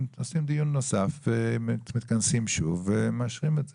עושים דיון נוסף ומאשרים את זה.